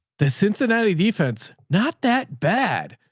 the cincinnati defense, not that bad,